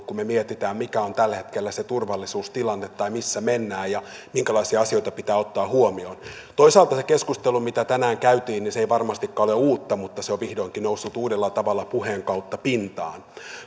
kun me mietimme mikä on tällä hetkellä se turvallisuustilanne tai missä mennään ja minkälaisia asioita pitää ottaa huomioon toisaalta se keskustelu mitä tänään käytiin ei varmastikaan ole uutta mutta se on vihdoinkin noussut uudella tavalla puheen kautta pintaan